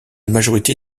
majorité